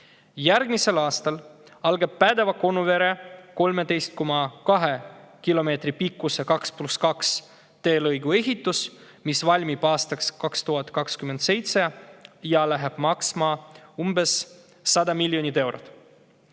Järgmisel aastal algab Päädeva-Konuvere 13,2 kilomeetri pikkuse 2 + 2 teelõigu ehitus, mis valmib aastaks 2027 ja läheb maksma umbes 100 miljonit eurot.